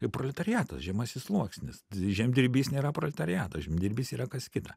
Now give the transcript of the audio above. gi proletariatas žemasis sluoksnis žemdirbys nėra proletariatas žemdirbys yra kas kita